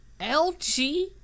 LG